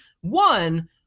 one